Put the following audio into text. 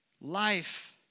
life